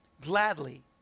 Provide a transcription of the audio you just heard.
gladly